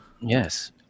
yes